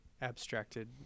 abstracted